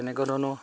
তেনেকুৱা ধৰণৰ